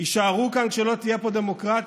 יישארו כאן כשלא תהיה פה דמוקרטיה?